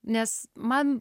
nes man